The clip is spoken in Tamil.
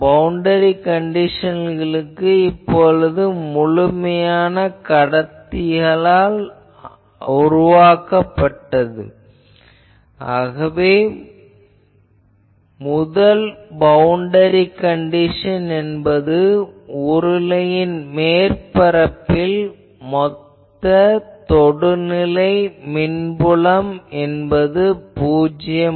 பவுண்டரி கண்டிஷன்களுக்கு இவை முழுமையான கடத்தியால் உருவாக்கப்பட்டது ஆகவே முதல் பவுண்டரி கண்டிஷன் என்பது உருளையின் மேற்பரப்பில் மொத்த தொடுநிலை மின்புலம் என்பது பூஜ்யம்